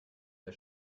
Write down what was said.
der